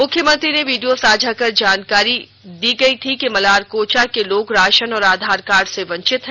मुख्यमंत्री को वीडियो साझा कर जानकारी दी गई थी कि मलारकोचा के लोग राशन और आधार कार्ड से वंचित हैं